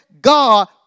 God